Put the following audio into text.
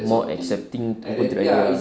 more accepting to ya